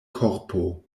korpo